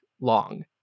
long